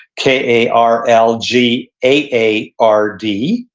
k a r l g a a r d.